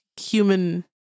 human